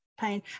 pain